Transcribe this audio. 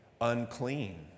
unclean